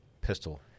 pistol